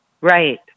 Right